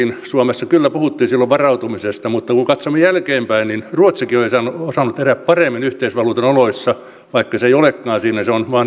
suomessa kyllä puhuttiin silloin varautumisesta mutta kun katsomme jälkeenpäin niin ruotsikin on osannut elää paremmin yhteisvaluutan oloissa vaikka se ei olekaan siinä se on vain yhteisvaluutanomaisissa oloissa